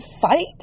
fight